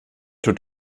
tut